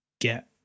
get